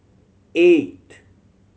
eight